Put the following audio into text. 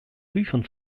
büchern